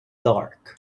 dark